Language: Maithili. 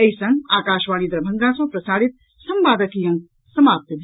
एहि संग आकाशवाणी दरभंगा सँ प्रसारित संवादक ई अंक समाप्त भेल